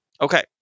Okay